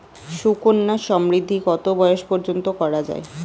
সুকন্যা সমৃদ্ধী কত বয়স পর্যন্ত করা যায়?